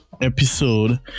episode